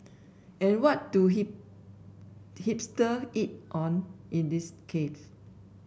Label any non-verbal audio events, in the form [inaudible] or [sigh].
and what do [unintelligible] hipster eat on in these cafe